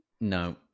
No